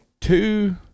two